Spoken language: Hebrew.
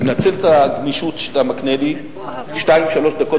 לנצל את הגמישות שאתה מקנה לי בשתיים-שלוש דקות,